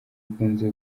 bikunze